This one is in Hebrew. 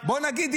בוא נגיד,